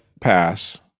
pass